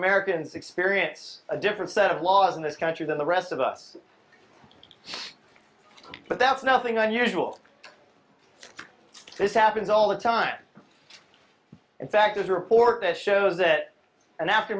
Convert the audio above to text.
americans experience a different set of laws in this country than the rest of us but that's nothing unusual this happens all the time in fact there's a report that shows that and af